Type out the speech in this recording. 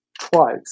twice